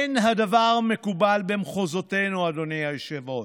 אין הדבר מקובל במחוזותינו, אדוני היושב-ראש.